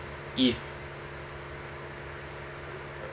if